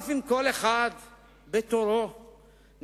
אף אם כל אחד בתורו נחבט,